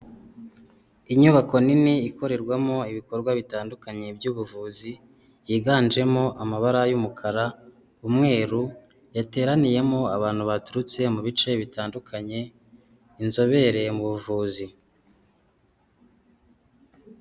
Inyubako nini ikorerwamo ibikorwa bitandukanye by'ubuvuzi yiganjemo amabara y'umukara, umweru. Yateraniyemo abantu baturutse mu bice bitandukanye inzobereye mu buvuzi.